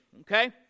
okay